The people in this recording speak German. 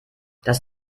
das